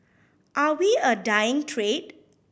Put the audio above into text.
are we a dying trade